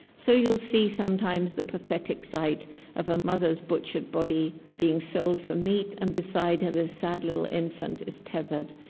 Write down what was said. so you'll see sometimes the pathetic sight of a mother's butchered body being sold for meat and beside her the sad little infant is tethered.